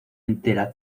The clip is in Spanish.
entera